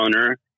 owner